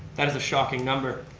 that's a shocking number.